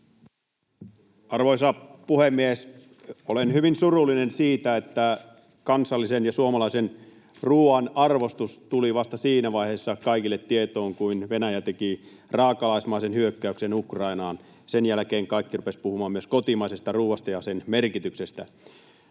Arvoisa puhemies! Olen hyvin surullinen siitä, että kansallisen ja suomalaisen ruoan arvostus tuli vasta siinä vaiheessa kaikille tietoon, kun Venäjä teki raakalaismaisen hyökkäyksen Ukrainaan. Sen jälkeen kaikki rupesivat puhumaan myös kotimaisesta ruoasta ja sen merkityksestä.